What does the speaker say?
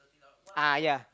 ah yeah